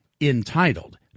entitled